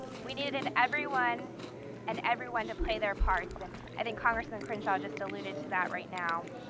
we needed everyone and everyone to play their parts. and i think congressman crenshaw just diluted to that right now.